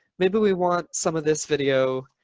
maybe we want some of this video.